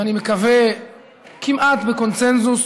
ואני מקווה כמעט בקונסנזוס,